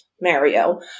Mario